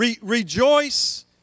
Rejoice